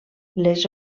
les